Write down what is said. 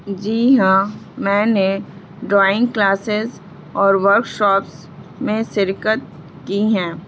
جی ہاں میں نے ڈرائنگ کلاسیز اور ورکشاپس میں سرکت کی ہیں